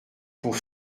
pour